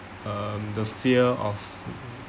um the fear of